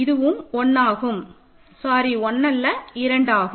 இது 1ஆகும் சாரி 1அல்ல 2 ஆகும்